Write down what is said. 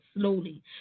slowly